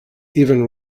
even